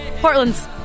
Portland's